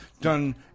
done